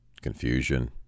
confusion